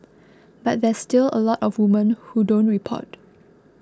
but there's still a lot of women who don't report